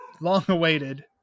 long-awaited